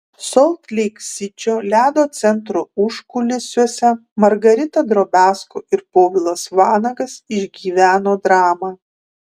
solt leik sičio ledo centro užkulisiuose margarita drobiazko ir povilas vanagas išgyveno dramą